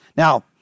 Now